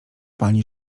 pani